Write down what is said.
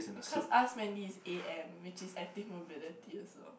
because ask Mandy is a_m which is active mobility also